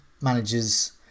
managers